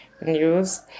news